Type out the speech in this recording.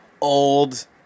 old